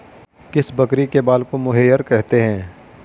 किस बकरी के बाल को मोहेयर कहते हैं?